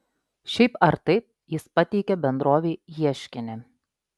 šiaip ar taip jis pateikė bendrovei ieškinį